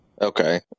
Okay